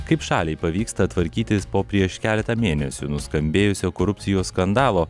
kaip šaliai pavyksta tvarkytis po prieš keletą mėnesių nuskambėjusio korupcijos skandalo